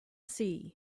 sea